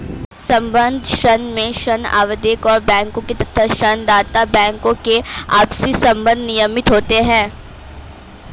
संबद्ध ऋण में ऋण आवेदक और बैंकों के तथा ऋण दाता बैंकों के आपसी संबंध नियमित होते हैं